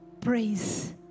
Praise